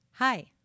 Hi